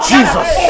Jesus